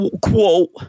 quote